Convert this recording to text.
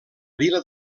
vila